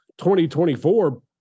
2024